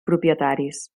propietaris